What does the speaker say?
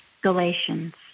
Galatians